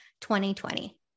2020